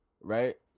Right